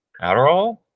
adderall